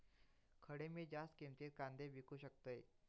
खडे मी जास्त किमतीत कांदे विकू शकतय?